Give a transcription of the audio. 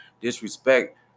disrespect